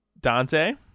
Dante